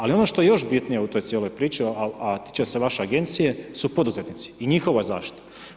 Ali ono što je još bitnije u cijeloj toj priči, a te se vaše agencije su poduzetnici i njihova zaštita.